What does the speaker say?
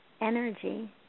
energy